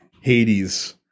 Hades